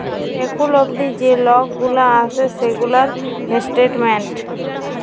এখুল অবদি যে লল গুলা আসে সেগুলার স্টেটমেন্ট